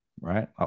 right